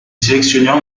sélectionneur